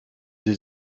sie